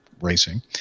racing